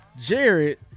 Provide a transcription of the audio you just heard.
Jared